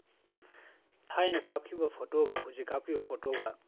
ꯊꯥꯏꯅ ꯀꯥꯞꯈꯤꯕ ꯐꯣꯇꯣꯒ ꯍꯧꯖꯤꯛ ꯀꯥꯞꯈꯤꯕ ꯐꯣꯇꯣꯒ